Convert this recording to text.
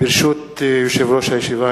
ברשות יושב-ראש הישיבה,